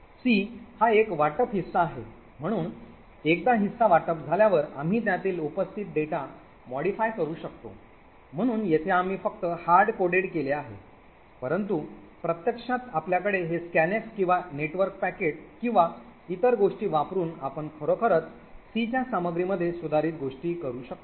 C हा एक वाटप हिस्सा आहे म्हणून एकदा हिस्सा वाटप झाल्यावर आम्ही त्यातील उपस्थित डेटा modify करू शकतो म्हणून येथे आम्ही फक्त hard coded केले आहे परंतु प्रत्यक्षात आपल्याकडे हे scanf किंवा network packet किंवा इतर गोष्टी वापरुन आपण खरोखरच c च्या सामग्रीमध्ये सुधारित गोष्टी करू शकतो